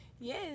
Yes